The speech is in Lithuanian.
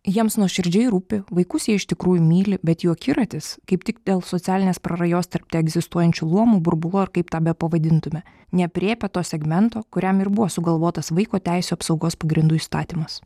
jiems nuoširdžiai rūpi vaikus jie iš tikrųjų myli bet jų akiratis kaip tik dėl socialinės prarajos tarp teegzistuojančių luomų burbulų ar kaip tą bepavadintume neaprėpia to segmento kuriam ir buvo sugalvotas vaiko teisių apsaugos pagrindų įstatymas